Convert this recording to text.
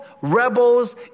rebels